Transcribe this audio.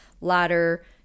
ladder